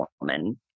woman